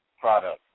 products